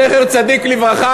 זכר צדיק לברכה,